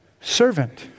servant